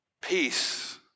peace